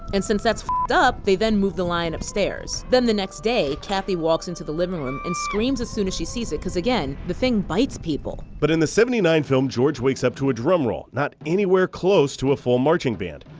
and since that's beep d up, they then move the lion upstairs. then the next day kathy walks into the living room and screams as soon as she sees it because again, the thing bites people. but in the seventy nine film george wakes up to a drum roll, not anywhere close to a full marching band.